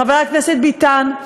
חבר הכנסת ביטן,